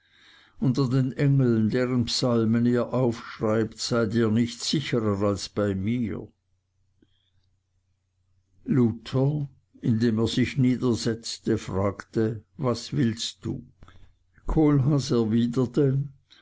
unter den engeln deren psalmen ihr aufschreibt seid ihr nicht sicherer als bei mir luther indem er sich niedersetzte fragte was willst du kohlhaas